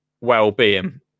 well-being